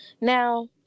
now